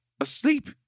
asleep